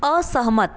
असहमत